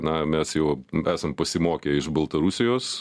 na mes jau esam pasimokę iš baltarusijos